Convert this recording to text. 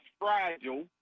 fragile